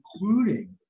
including